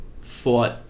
fought